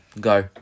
go